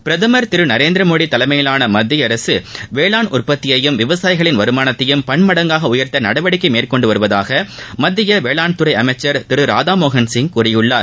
பிரதம் திரு நரேந்திரமோடி தலைமையிலான மத்திய அரசு வேளாண் உற்பத்தியையும் விவசாயிகளின் வருமானத்தையும் பன்மடங்காக உயர்த்த நடவடிக்கை மேற்கொண்டு வருவதாக மத்திய வேளாண்துறை அமைச்சர் திரு ராதாமோகன்சிங் கூறியுள்ளார்